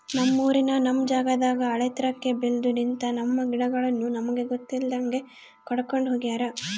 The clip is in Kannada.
ನಮ್ಮೂರಿನ ನಮ್ ಜಾಗದಾಗ ಆಳೆತ್ರಕ್ಕೆ ಬೆಲ್ದು ನಿಂತ, ನಮ್ಮ ಗಿಡಗಳನ್ನು ನಮಗೆ ಗೊತ್ತಿಲ್ದಂಗೆ ಕಡ್ಕೊಂಡ್ ಹೋಗ್ಯಾರ